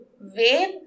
wave